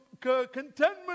contentment